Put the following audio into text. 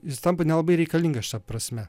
jis tampa nelabai reikalingas šia prasme